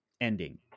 ending